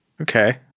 Okay